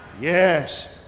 Yes